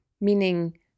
meaning